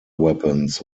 weapons